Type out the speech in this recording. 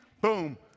Boom